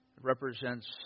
represents